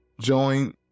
Join